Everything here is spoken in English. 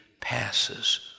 passes